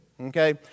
Okay